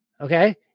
okay